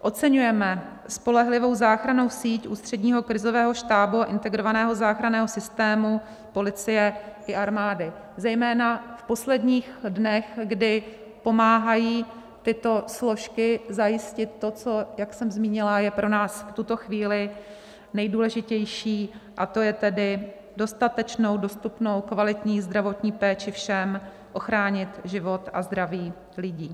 Oceňujeme spolehlivou záchrannou síť Ústředního krizového štábu a integrovaného záchranného systému, policie i armády, zejména v posledních dnech, kdy pomáhají tyto složky zajistit to, co, jak jsem zmínila, je pro nás v tuto chvíli nejdůležitější, a to je tedy dostatečnou, dostupnou kvalitní zdravotní péči všem, ochránit život a zdraví lidí.